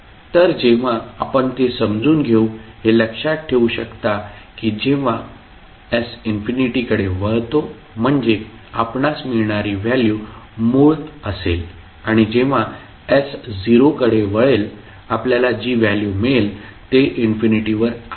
तर जेव्हा आपण ते समजून घेऊ हे लक्षात ठेवू शकता की जेव्हा s इन्फिनिटीकडे वळतो म्हणजे आपणास मिळणारी व्हॅल्यू मुळ असेल आणि जेव्हा s 0 कडे वळेल आपल्याला जी व्हॅल्यू मिळेल ते इन्फिनिटीवर आहे